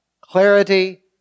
clarity